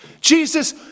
Jesus